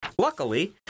Luckily